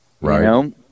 right